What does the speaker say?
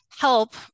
help